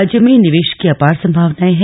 राज्य में निवेश की अपार संभावनायें है